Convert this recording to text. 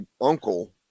uncle